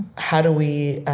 how do we